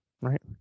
right